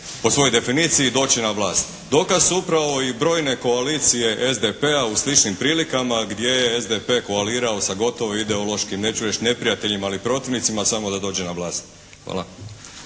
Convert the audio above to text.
po svojoj definiciji doći na vlast. Dokaz su upravo i brojne koalicije SDP-a u sličnim prilikama gdje je SDP koalirao sa gotovo ideološkim neću reći neprijateljem, ali protivnicima samo da dođe na vlast. Hvala.